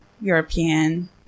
European